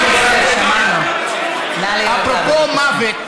אפרופו מוות